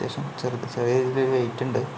അത്യാവശ്യം ചെറുത് ചെറിയ രീതിയിൽ ഒരു വെയിറ്റ് ഉണ്ട്